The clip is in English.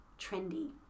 trendy